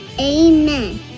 Amen